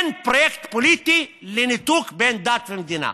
אין פרויקט פוליטי לניתוק בין דת למדינה.